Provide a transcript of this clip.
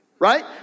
Right